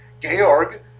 Georg